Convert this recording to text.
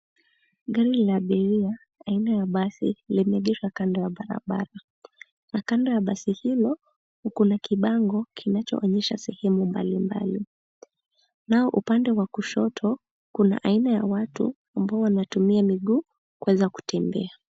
Gari la abiria aina ya basi liliegeshwa kando ya barabara na kando ya basi hilo kuna kibango kinachoonyesha sehemu mbalimbali, nao upande wa kushoto kuna aina ya watu ambao wanatumia miguu kuweza kutembea.